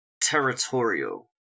territorial